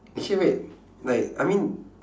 actually wait like I mean